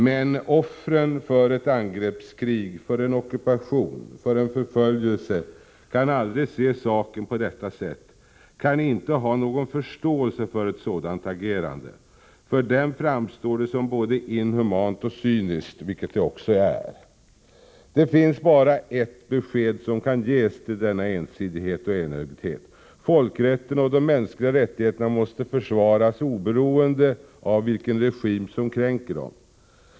Men offren för ett angreppskrig, för en ockupation, för en förföljelse kan aldrig se saken på detta sätt, kan inte ha någon förståelse för ett sådant agerande. För dem framstår det som både inhumant och cyniskt, vilket det också är. Det finns bara ett besked, som kan ges till denna ensidighet och enögdhet. Folkrätten och de mänskliga rättigheterna måste försvaras oberoende av vilken regim som kränker dem.